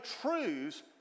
truths